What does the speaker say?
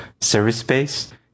service-based